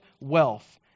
wealth